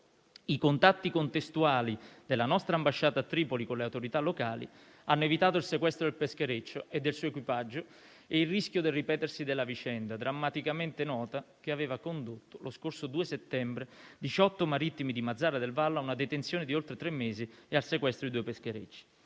I contatti contestuali della nostra ambasciata a Tripoli con le autorità locali hanno evitato il sequestro del peschereccio e del suo equipaggio e il rischio del ripetersi della vicenda, drammaticamente nota, che aveva condotto, lo scorso 2 settembre, 18 marittimi di Mazara del Vallo a una detenzione di oltre tre mesi e al sequestro di due pescherecci.